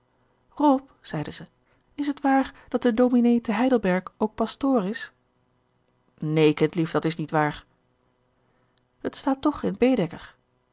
zeide ze is t waar dat de dominé te heidelberg ook pastoor is neen kindlief dat is niet waar het staat toch in baedeker